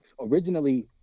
Originally